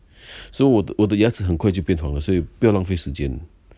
so 我我的牙齿很快就便黄了所以不要浪费时间